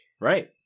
right